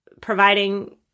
providing